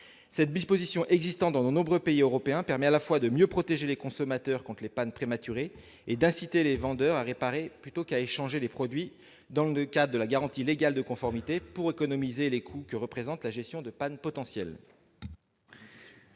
Cette disposition, qui existe dans de nombreux pays européens, permet à la fois de mieux protéger les consommateurs contre les pannes prématurées et d'inciter les vendeurs à réparer plutôt qu'à échanger les produits, dans le cadre de la garantie légale de conformité, pour économiser les coûts que représente le traitement de pannes potentielles.